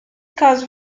causes